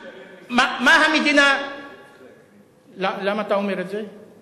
לגבי ה"משלם מסים" למה אתה אומר את זה?